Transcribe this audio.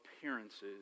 appearances